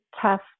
tough